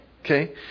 Okay